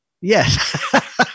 Yes